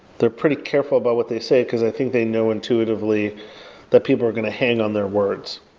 they're pretty careful about what they say, because i think they know intuitively that people are going to hang on their words.